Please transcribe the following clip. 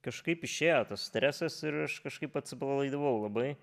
kažkaip išėjo tas stresas ir aš kažkaip atsipalaidavau labai